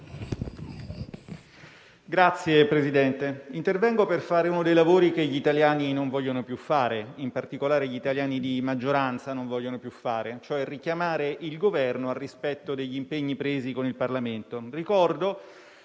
Signor Presidente, intervengo per fare uno dei lavori che gli italiani non vogliono più fare, in particolare gli italiani di maggioranza, cioè richiamare il Governo al rispetto degli impegni presi con il Parlamento. Ricordo